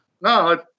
No